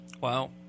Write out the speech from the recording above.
Wow